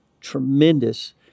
tremendous